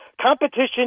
competition